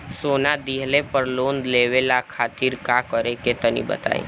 सोना दिहले पर लोन लेवे खातिर का करे क होई तनि बताई?